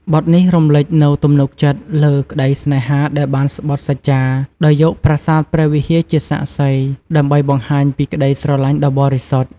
បទនេះរំលេចនូវទំនុកចិត្តលើក្តីស្នេហាដែលបានស្បថសច្ចា ដោយយកប្រាសាទព្រះវិហារជាសាក្សី ដើម្បីបង្ហាញពីក្តីស្រឡាញ់ដ៏បរិសុទ្ធ។